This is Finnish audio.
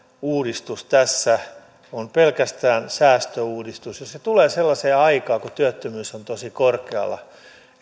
uudistus tässä on pelkästään säästöuudistus jos se tulee sellaiseen aikaan kun työttömyys on tosi korkealla